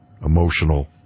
emotional